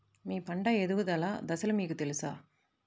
మీ పంట ఎదుగుదల దశలు మీకు తెలుసా?